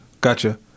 Gotcha